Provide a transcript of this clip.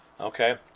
Okay